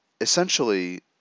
Essentially